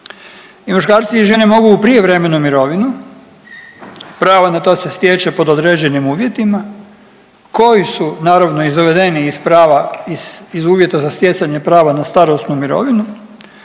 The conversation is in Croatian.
I muškarci i žene mogu u prijevremenu mirovinu. Prava na to se stječe pod određenim uvjetima koji su naravno izvedeni iz prava iz uvjeta za stjecanje prava na starosnu mirovinu,